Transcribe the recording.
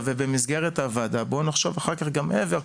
ובמסגרת הוועדה בואו נחשוב אחר כך גם מעבר,